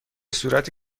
صورت